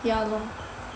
ya lor